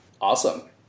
Awesome